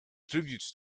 tributes